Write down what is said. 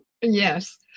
yes